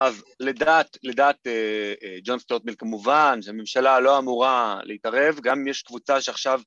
‫אז לדעת ג'ונסטרוטמיל, כמובן, ‫זו ממשלה לא אמורה להתערב. ‫גם יש קבוצה שעכשיו...